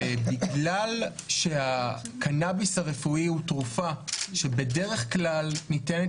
ובגלל שהקנאביס הרפואי הוא תרופה שבדרך כלל ניתנת